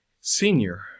senior